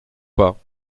pas